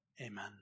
amen